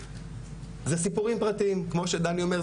זה סיפורים פרטיים כמו שדני אומר,